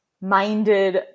minded